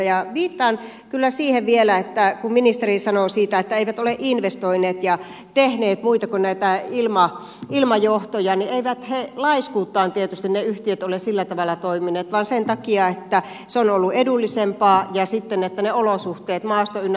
ja viittaan kyllä vielä siihen kun ministeri sanoi siitä että eivät ole investoineet ja tehneet muita kuin näitä ilmajohtoja että eivät ne yhtiöt tietysti laiskuuttaan ole sillä tavalla toimineet vaan sen takia että se on ollut edullisempaa ja että ne olosuhteet maasto ynnä muuta